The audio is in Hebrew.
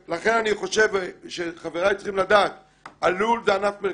חושב שחבריי צריכים לדעת שהלול הוא ענף מרכזי.